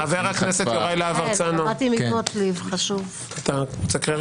חברת הכנסת טלי גוטליב, תצאי בבקשה.